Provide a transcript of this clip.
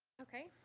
okay.